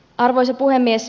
arvoisa puhemies